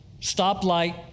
stoplight